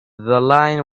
line